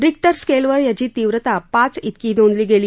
Richter स्केलवर याची तीव्रता पाच तिकी नोंदली गेली